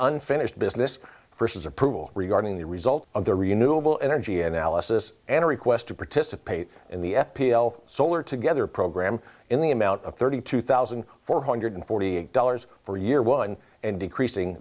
unfinished business first is approval regarding the result of the renewable energy analysis and a request to participate in the s p l solar together program in the amount of thirty two thousand four hundred forty eight dollars for year one and decreasing